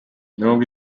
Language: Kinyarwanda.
mirongo